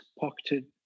pocketed